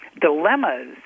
dilemmas